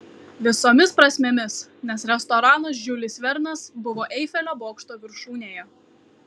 visomis prasmėmis nes restoranas žiulis vernas buvo eifelio bokšto viršūnėje